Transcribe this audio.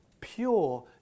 pure